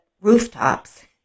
rooftops